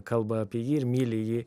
kalba apie jį ir myli jį